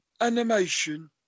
Animation